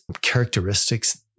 characteristics